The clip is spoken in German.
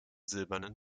silbernen